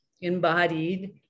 embodied